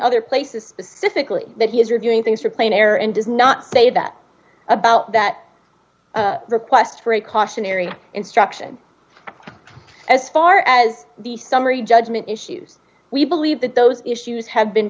other places specifically that he is reviewing things for clean air and does not say that about that request for a cautionary instruction as far as the summary judgment issues we believe that those issues have been